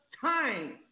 time